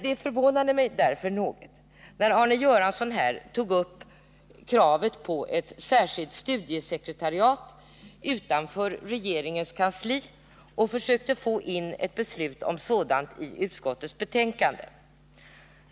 Det förvånade mig därför något att Olle Göransson framförde krav på ett särskilt studiesekretariat utanför regeringens kansli och försökte få in underlag för beslut om ett sådant i utskottets betänkande.